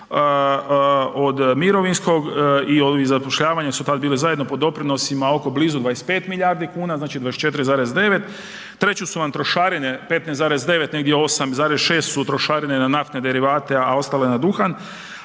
od mirovinskog i zapošljavanja su tad bila zajedno pod doprinosima oko blizu 25 milijardi kuna, znači 24,9, treće su vam trošarine 15,9 negdje 8,6 su trošarine na naftne derivate, a ostale na duhan,